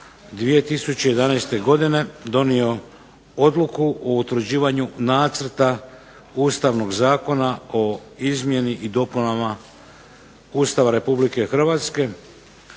2011. godine donio odluku o utvrđivanju nacrta ustavnog Zakona o izmjeni i dopunama Ustava Republike Hrvatske,